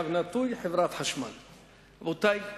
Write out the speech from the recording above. רבותי,